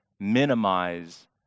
minimize